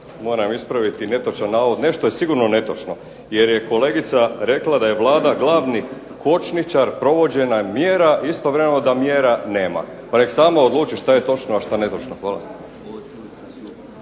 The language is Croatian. moram ispraviti netočan navod. Nešto je sigurno netočno, jer je kolegica rekla da je Vlada glavni kočničar provođenja mjera, istovremeno da mjera nema. Pa nek sama odluči šta je točno a šta netočno. Hvala.